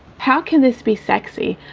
how can this be sexy.